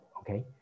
okay